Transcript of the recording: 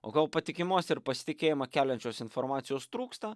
o gal patikimos ir pasitikėjimą keliančios informacijos trūksta